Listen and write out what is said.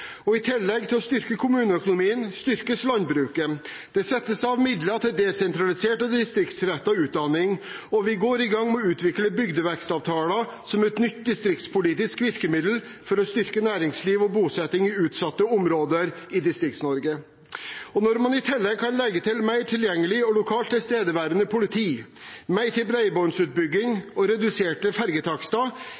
I tillegg til å styrke kommuneøkonomien styrkes landbruket. Det settes av midler til desentralisert og distriktsrettet utdanning, og vi går i gang med å utvikle bygdevekstavtaler, som et nytt distriktspolitisk virkemiddel for å styrke næringsliv og bosetting i utsatte områder i Distrikts-Norge. Når man i tillegg kan legge til mer tilgjengelig og lokalt tilstedeværende politi, mer til